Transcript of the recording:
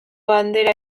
bandera